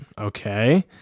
okay